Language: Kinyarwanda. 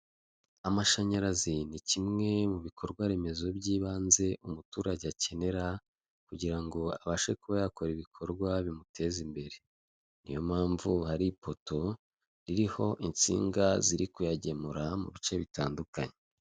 Amashanyarazi ni kimwe mu bikorwa remezo by'ibanze umuturage akenera kugirango abashe kuba yakora ibikorwa bimuteza imbere. Niyo mpamvu hari ipoto ririho insinga ziri kuyagemura mu bice bitandukanye.